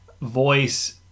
voice